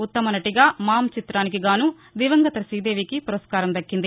ఉత్తమ నటిగా మామ్ చిత్రానికి గాను దివంగత శ్రీదేవికి పురస్కారం దక్కింది